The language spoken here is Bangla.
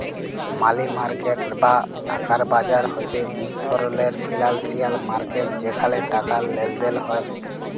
মালি মার্কেট বা টাকার বাজার হছে ইক ধরলের ফিল্যালসিয়াল মার্কেট যেখালে টাকার লেলদেল হ্যয়